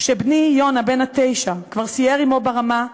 שבני יונה בן התשע כבר סייר עמו ברמה,